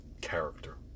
character